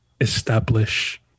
establish